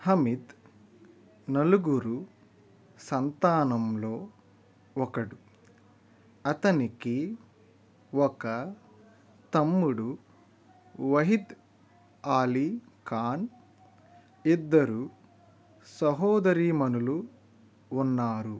హమిద్ నలుగురు సంతానంలో ఒకడు అతనికి ఒక తమ్ముడు వహిద్ ఆలిఖాన్ ఇద్దరు సహోదరీమణులు ఉన్నారు